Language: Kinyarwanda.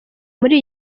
muri